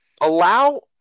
allow